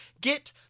get